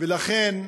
ולכן,